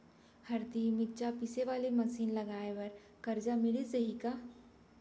हरदी, मिरचा पीसे वाले मशीन लगाए बर करजा मिलिस जाही का?